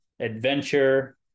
adventure